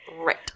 Right